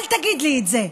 אל תגיד לי את זה.